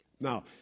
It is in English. Now